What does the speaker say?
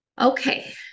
Okay